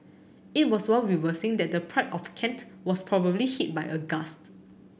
it was while reversing that the Pride of Kent was probably hit by a gust